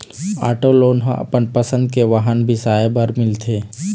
auto loan ह अपन पसंद के वाहन बिसाए बर मिलथे